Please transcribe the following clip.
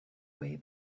way